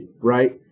right